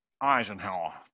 Eisenhower